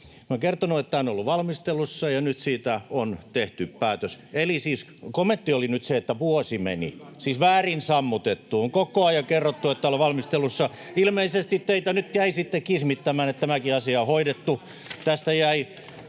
olen kertonut, että tämä on ollut valmistelussa, ja nyt siitä on tehty päätös. Kommentti oli nyt se, että vuosi meni, [Antti Lindtman: Kyllä!] siis väärin sammutettu. On koko ajan kerrottu, että tämä on valmistelussa. Ilmeisesti teitä nyt jäi sitten kismittämään, että tämäkin asia on hoidettu.